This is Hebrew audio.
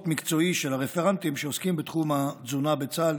מקצועי של הרפרנטים שעוסקים בתחום התזונה בצה"ל